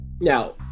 Now